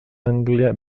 anglia